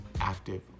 active